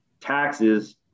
taxes